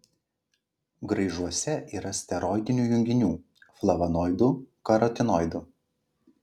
graižuose yra steroidinių junginių flavonoidų karotinoidų